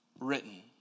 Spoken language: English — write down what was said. written